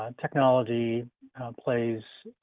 um technology plays,